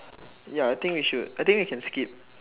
ya I think we should I think we can skip